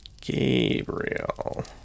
Gabriel